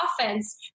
offense